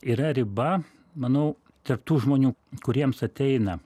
yra riba manau tarp tų žmonių kuriems ateina